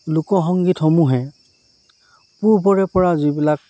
লোক সংগীতসমূহে পূৰ্বৰে পৰা যিবিলাক